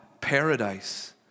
Paradise